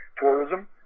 tourism